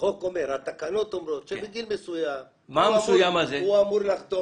התקנות אומרות שבגיל מסוים הוא אמור לחתום